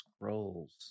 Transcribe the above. scrolls